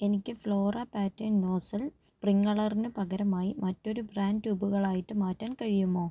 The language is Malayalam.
എനിക്ക് ഫ്ലോറ പാറ്റേൺ നോസൽ സ്പ്രിംഗളറിനു പകരമായി മറ്റൊരു ബ്രാൻഡ് ട്യൂബുകൾ ആയിട്ട് മാറ്റാൻ കഴിയുമോ